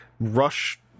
rush